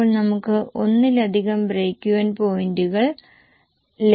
അപ്പോൾ നമുക്ക് ഒന്നിലധികം ബ്രേക്ക് ഈവൻ പോയിൻറുകൾ ലഭിക്കും